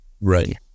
right